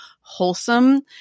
wholesome